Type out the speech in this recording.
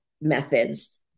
methods